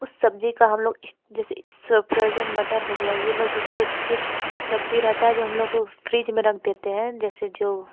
उस सब्जी का हम लोग इस जैसे इस फ़्रोजन मटर हो गया ये लोग जो कुछ सब्जी रहता है जो हम लोग को फ़्रिज में रख देते हैं जैसे जो